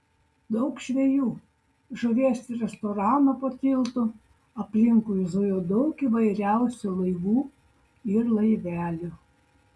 daug žvejų žuvies restoranų po tiltu aplinkui zujo daug įvairiausių laivų ir laivelių